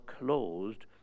closed